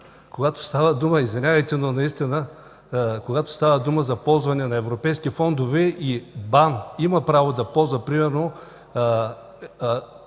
когато става дума за ползване на европейски фондове и БАН има право да ползва, примерно